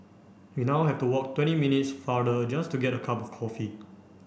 we now have to walk twenty minutes farther just to get a cup of coffee